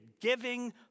giving